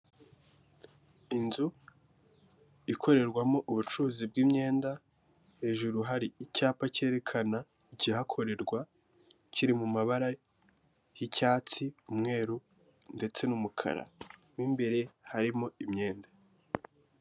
Inzu ikorerwamo ubucuruzi bw'imyenda hejuru hari icyapa cyerekana ikihakorerwa kiri mu mabara y'icyatsi, umweru ndetse n'umukara. Mu imbere harimo imyenda.